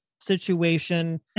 situation